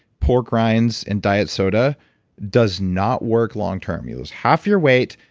pork rinds and diet soda does not work long term. you'll lose half your weight,